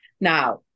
Now